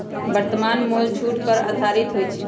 वर्तमान मोल छूट पर आधारित होइ छइ